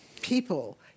people